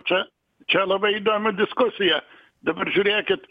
čia čia labai įdomi diskusija dabar žiūrėkit